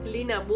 Lina